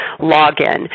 login